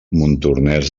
montornès